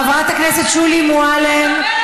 חבר הכנסת מיקי רוזנטל בחיים לא,